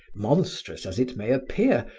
monstrous as it may appear,